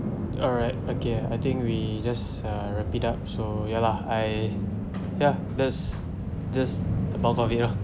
alright okay I think we just uh wrap it up so ya lah I ya just just the bulk of it lah